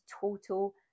total